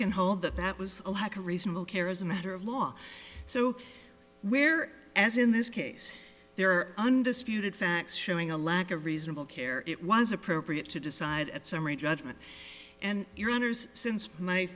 can hold that that was a lack of reasonable care as a matter of law so where as in this case there are undisputed facts showing a lack of reasonable care it was appropriate to decide at summary judgment and your honors since my